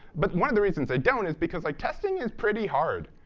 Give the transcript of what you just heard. but one of the reasons they don't is because like testing is pretty hard.